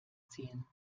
ziehen